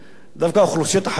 דווקא האוכלוסיות החלשות,